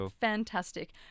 fantastic